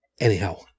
Anyhow